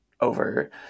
over